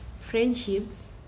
friendships